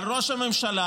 על ראש הממשלה,